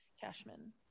Cashman